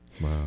Wow